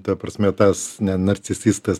ta prasme tas nenarcististas